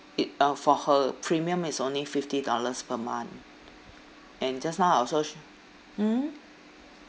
it uh for her premium is only fifty dollars per month and just now I also sh~ mm